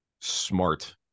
smart